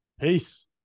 Peace